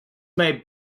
may